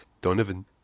Donovan